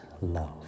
love